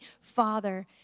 Father